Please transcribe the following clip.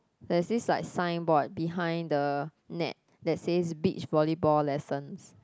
there's this like signboard behind the net that says beach volleyball lessons